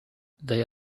they